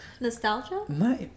Nostalgia